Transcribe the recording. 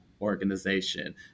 organization